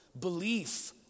Belief